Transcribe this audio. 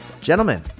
gentlemen